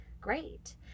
Great